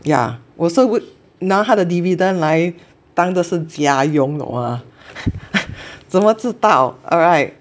yeah 我是 would 拿它的 dividend 来当作是家用 all lah 怎么知道 alright